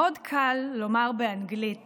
מאוד קל לומר באנגלית